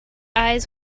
eyes